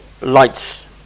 lights